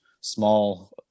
small